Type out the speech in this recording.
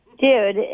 dude